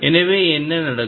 எனவே என்ன நடக்கும்